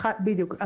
בדיוק,